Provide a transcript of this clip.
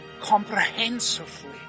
comprehensively